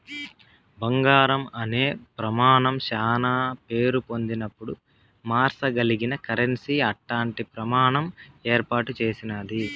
బంగారం అనే ప్రమానం శానా పేరు పొందినపుడు మార్సగలిగిన కరెన్సీ అట్టాంటి ప్రమాణం ఏర్పాటు చేసినాది